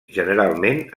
generalment